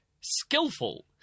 skillful